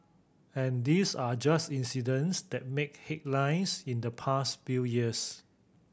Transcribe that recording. and these are just incidents that made headlines in the past few years